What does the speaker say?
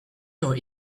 your